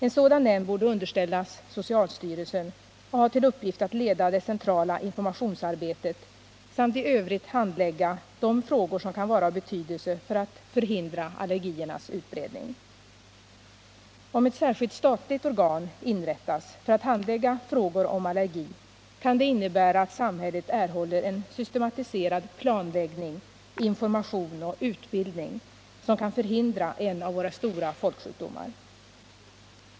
En sådan nämnd borde underställas socialstyrelsen och ha till uppgift att leda det centrala informationsarbetet samt i övrigt handlägga de frågor som kan vara av betydelse för att förhindra allergiernas utbredning. Om ett särskilt statligt organ inrättas för att handlägga frågor om allergi kan det innebära att samhället erhåller en systematiserad planläggning, information och utbildning, som kan förhindra en av våra stora folksjukdomar.